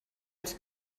els